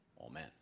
Amen